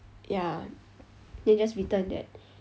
ya then just return there